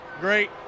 great